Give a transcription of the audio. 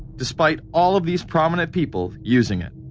despite all of these prominent people using it